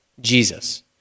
Jesus